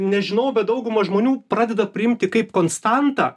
nežinau bet dauguma žmonių pradeda priimti kaip konstantą